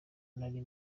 nari